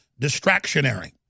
distractionary